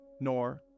nor